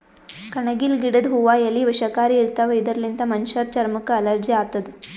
ಕಣಗಿಲ್ ಗಿಡದ್ ಹೂವಾ ಎಲಿ ವಿಷಕಾರಿ ಇರ್ತವ್ ಇದರ್ಲಿನ್ತ್ ಮನಶ್ಶರ್ ಚರಮಕ್ಕ್ ಅಲರ್ಜಿ ಆತದ್